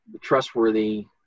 trustworthy